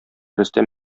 рөстәм